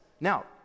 Now